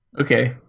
Okay